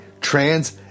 trans